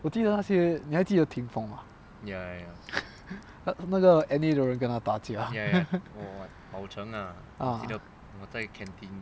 我记得那些你还记得 ting feng 吗那个 N_A 的人跟他打架 ah